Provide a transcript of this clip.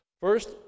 First